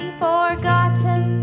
forgotten